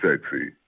sexy